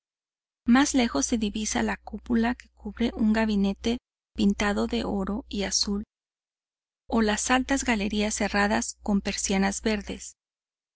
más lejos se divisa la cúpula que cubre un gabinete pintado de oro y azul o las altas galerías cerradas con persianas verdes